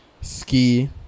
ski